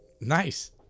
Nice